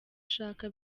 ashaka